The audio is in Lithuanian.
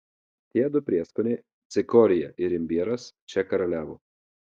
tie du prieskoniai cikorija ir imbieras čia karaliavo